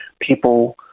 people